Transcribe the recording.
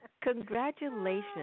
Congratulations